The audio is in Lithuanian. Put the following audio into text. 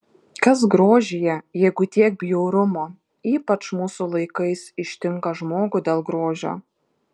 kas grožyje jeigu tiek bjaurumo ypač mūsų laikais ištinka žmogų dėl grožio